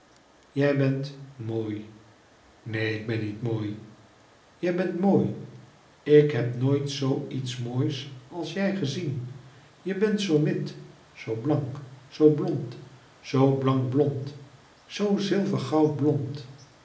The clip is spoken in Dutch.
jij bent mooi neen ik ben niet mooi jij bent mooi ik heb nooit zoo iets moois als jij gezien je bent zoo wit zoo blank zoo blond zoo blankblond zoo zilvergoudblond je bent